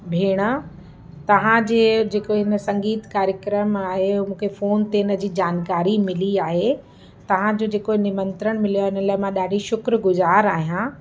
भेण तव्हां जे जेको हिन संगीत कार्यक्रम मां आहियो मूंखे फ़ोन ते हिन जी जानकारी मिली आहे तव्हां जो जेको निमंत्रण मिलियो आहे इन लाइ मां ॾाढी शुक्रगुज़ारु आहियां